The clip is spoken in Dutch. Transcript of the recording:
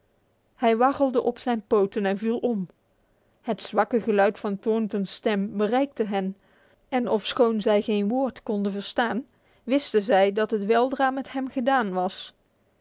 hij waggelde op zijn poten en viel om het zwakke geluid van thornton's stem bereikte hen en ofschoon zij geen woord konden verstaan wisten zij dat het weldra met hem gedaan was